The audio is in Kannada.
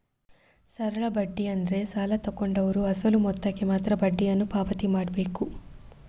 ಸರಳ ಬಡ್ಡಿ ಅಂದ್ರೆ ಸಾಲ ತಗೊಂಡವ್ರು ಅಸಲು ಮೊತ್ತಕ್ಕೆ ಮಾತ್ರ ಬಡ್ಡಿಯನ್ನು ಪಾವತಿ ಮಾಡ್ಬೇಕು